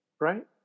Right